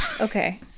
okay